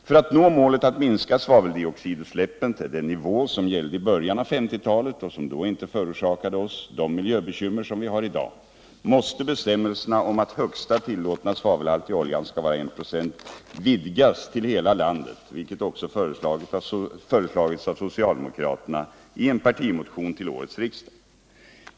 För att nå målet att minska svaveldioxidutsläppen till den nivå som gällde i början av 1950-talet, och som då inte förorsakade oss de miljöbekymmer vi har i dag, måste bestämmelserna om att högsta tillåtna svavelhalt i olja skall vara 196 vidgas till att gälla hela landet, vilket också föreslagits av socialdemokraterna i en partimotion till årets riksmöte.